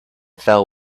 fell